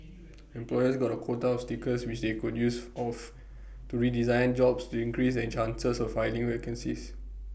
employers got A quota of stickers which they could use of to redesign jobs to increase their chances of filling vacancies